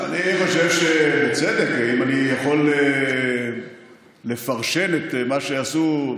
אני חושב שבצדק, אם אני יכול לפרשן את מה שעשו.